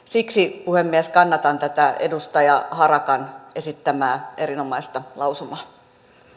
siksi puhemies kannatan tätä edustaja harakan esittämää erinomaista lausumaa